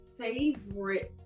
favorite